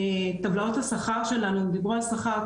טבלאות השכר שלנו דיברו על שכר,